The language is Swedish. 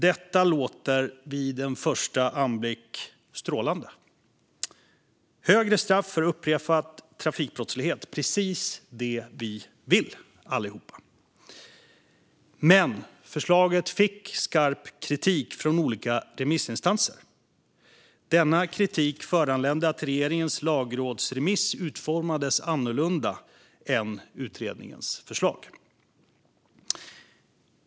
Detta låter till en början strålande. Högre straff för upprepad trafikbrottslighet är precis det vi alla vill ha. Men förslaget fick skarp kritik från olika remissinstanser. Denna kritik föranledde att regeringens lagrådsremiss utformades annorlunda än utredningens förslag.